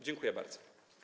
Dziękuję bardzo.